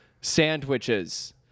Sandwiches